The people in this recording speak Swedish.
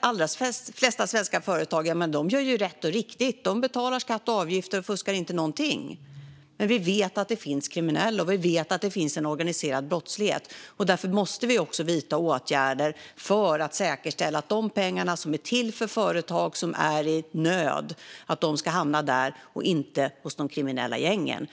allra flesta svenska företag gör rätt och riktigt. De betalar skatt och avgifter och fuskar inte. Men vi vet att det finns kriminella, och vi vet att det finns organiserad brottslighet. Därför måste vi vidta åtgärder för att säkerställa att de pengar som är till för företag som är i nöd ska hamna hos dem och inte hos de kriminella gängen.